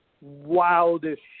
wildest